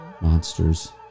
monsters